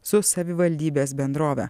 su savivaldybės bendrove